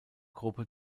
gruppe